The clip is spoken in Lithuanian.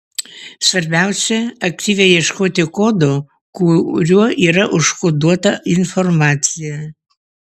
svarbiausia aktyviai ieškoti kodo kuriuo yra užkoduota informacija